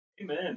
Amen